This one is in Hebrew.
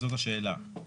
זאת השאלה.